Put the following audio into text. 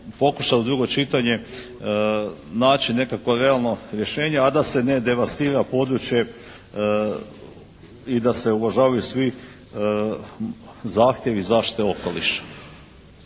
pokuša u drugo čitanje naći nekakvo realno rješenje a da se ne devastira područje i da se uvažavaju svi zahtjevi zaštite okoliša.